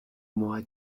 mois